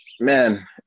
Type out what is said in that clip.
Man